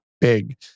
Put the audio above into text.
big